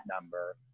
number